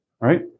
right